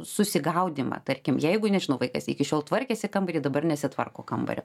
susigaudymą tarkim jeigu nežinau vaikas iki šiol tvarkėsi kambarį dabar nesitvarko kambario